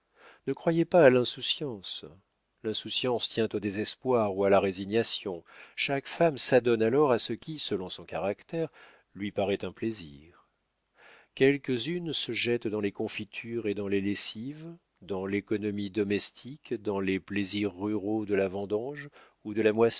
ne croyez pas à l'insouciance l'insouciance tient au désespoir ou à la résignation chaque femme s'adonne alors à ce qui selon son caractère lui paraît un plaisir quelques-unes se jettent dans les confitures et dans les lessives dans l'économie domestique dans les plaisirs ruraux de la vendange ou de la